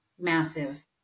massive